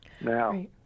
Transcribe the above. Now